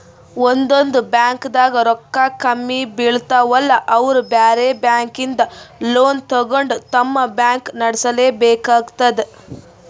ಒಂದೊಂದ್ ಬ್ಯಾಂಕ್ದಾಗ್ ರೊಕ್ಕ ಕಮ್ಮಿ ಬೀಳ್ತಾವಲಾ ಅವ್ರ್ ಬ್ಯಾರೆ ಬ್ಯಾಂಕಿಂದ್ ಲೋನ್ ತಗೊಂಡ್ ತಮ್ ಬ್ಯಾಂಕ್ ನಡ್ಸಲೆಬೇಕಾತದ್